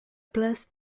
place